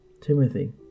Timothy